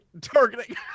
targeting